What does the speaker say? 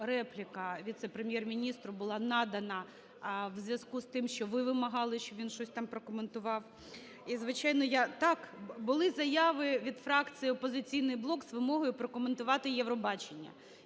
репліка віце-прем'єр-міністру була надана в зв'язку із тим, що ви вимагали, щоб він щось там прокоментував і, звичайно, я... Так, були заяви від фракції "Опозиційний блок" з вимогою прокоментувати "Євробачення".